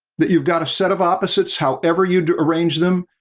that you've got a set of opposites however you'd arrange them,